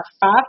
five